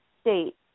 state